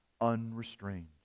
unrestrained